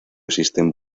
existen